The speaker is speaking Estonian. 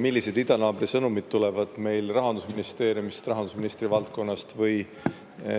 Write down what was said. millised idanaabri sõnumid tulevad meil Rahandusministeeriumist, rahandusministri valdkonnast või